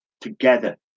together